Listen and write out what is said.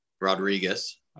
Rodriguez